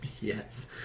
Yes